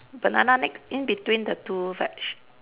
banana ne~ in between the two veg